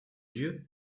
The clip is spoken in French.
yeux